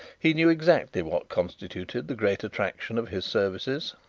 he knew exactly what constituted the great attraction of his services.